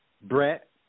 Brett